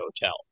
hotel